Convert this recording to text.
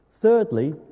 Thirdly